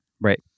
Right